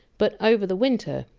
but over the winter,